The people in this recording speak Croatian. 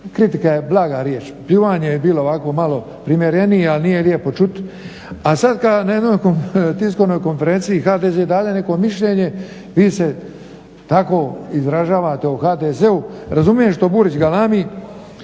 Kritika je blaga riječ, pljuvanje je bilo ovako malo primjerenije, ali nije lijepo ćuti, a sad kad na jednoj tiskovnoj konferenciji HDZ dade neko mišljenje, vi se tako izražavate o HDZ-u. Razumijem što Burić galami